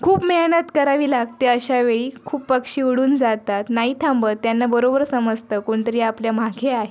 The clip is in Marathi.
खूप मेहनत करावी लागते अशा वेळी खूप पक्षी उडून जातात नाही थांबत त्यांना बरोबर समजतं कोण तरी आपल्यामागे आहे